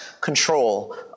control